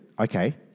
okay